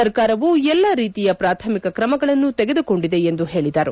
ಸರ್ಕಾರವು ಎಲ್ಲಾ ರೀತಿಯ ಪ್ರಾಥಮಿಕ ಕ್ರಮಗಳನ್ನು ತೆಗೆದುಕೊಂಡಿದೆ ಎಂದು ಹೇಳಿದರು